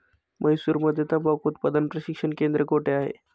म्हैसूरमध्ये तंबाखू उत्पादन प्रशिक्षण केंद्र कोठे आहे?